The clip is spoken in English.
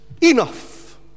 Enough